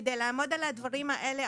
כדי לעמוד על הדברים האלה,